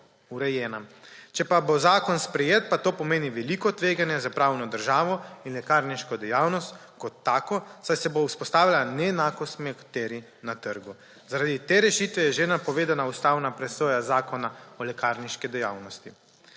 urejena. Če pa bo zakon sprejet, pa to pomeni veliko tveganje za pravno državo in lekarniško dejavnost kot tako, saj se bo vzpostavila neenakost med nekaterimi na trgu. Zaradi te rešitve je že napovedana ustavna presoja Zakona o lekarniški dejavnosti.